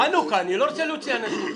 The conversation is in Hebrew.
חנוכה, אני לא רוצה להוציא אנשים.